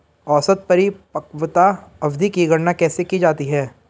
औसत परिपक्वता अवधि की गणना कैसे की जाती है?